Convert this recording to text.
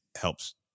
helps